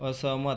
असहमत